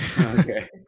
Okay